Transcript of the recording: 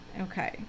Okay